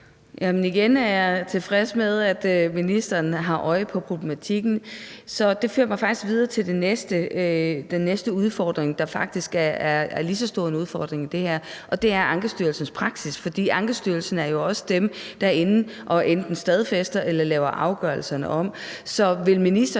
jeg er tilfreds med, at ministeren har øje for problematikken, så det fører mig videre til den næste udfordring, der faktisk er en lige så stor udfordring i det her, og det er Ankestyrelsens praksis. For Ankestyrelsen er jo også dem, der er inde enten at stadfæste afgørelserne